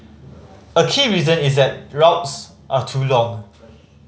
a key reason is that routes are too long